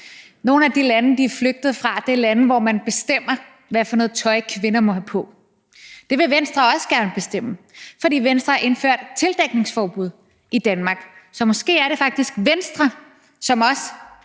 Nogle af de lande, de er flygtet fra, er lande, hvor man bestemmer, hvad for noget tøj kvinder må have på. Det vil Venstre også gerne bestemme, for Venstre har indført et tildækningsforbud i Danmark. Så måske er det faktisk Venstre, som også